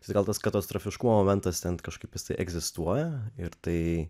sukeltas katastrofiškumo momentas ten kažkaip jisai egzistuoja ir tai